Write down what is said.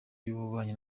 y’ububanyi